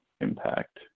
impact